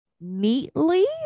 neatly